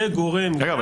שיהיה גורם --- רגע,